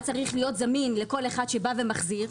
צריך להיות זמין לכל אחד שבא ומחזיר,